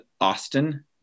Austin